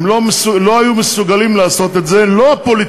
הם לא היו מסוגלים לעשות את זה, לא הפוליטיקאים,